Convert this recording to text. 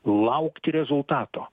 laukti rezultato